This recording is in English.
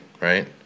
right